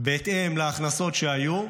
בהתאם להכנסות שהיו,